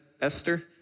Esther